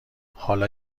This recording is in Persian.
حالا